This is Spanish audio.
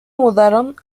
mudaron